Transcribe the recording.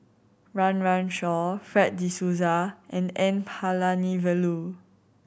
Run Run Shaw Fred De Souza and N Palanivelu